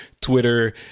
Twitter